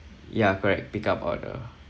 ya correct pick up order